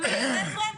אומר 'חבר'ה,